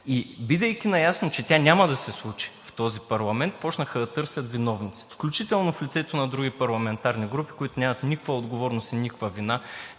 И бидейки наясно, че тя няма да се случи в този парламент, започнаха да търсят виновници, включително в лицето на други парламентарни групи, които нямат никаква отговорност и никаква вина,